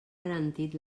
garantit